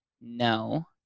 no